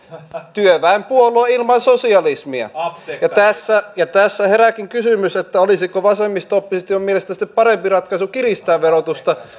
työväenpuolue ilman sosialismia ja tässä herääkin kysymys olisiko vasemmisto opposition mielestä sitten parempi ratkaisu kiristää verotusta